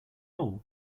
all